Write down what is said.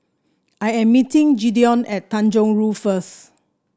I am meeting Gideon at Tanjong Rhu first